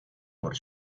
por